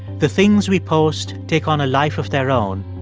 the things we post take on a life of their own,